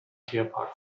tierpark